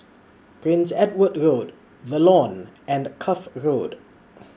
Prince Edward Road The Lawn and Cuff Road